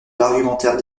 l’argumentaire